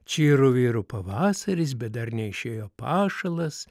čyru vyru pavasaris bet dar neišėjo pašalas